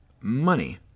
money